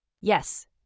Yes